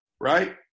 right